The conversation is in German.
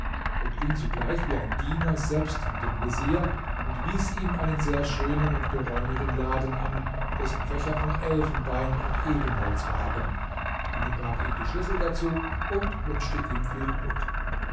und ging sogleich wie ein diener selbst mit dem vezier und wies ihm einen sehr schönen und geräumigen laden an dessen fächer von elfenbein und ebenholz waren übergab ihm die schlüssel dazu und wünschte ihm viel glück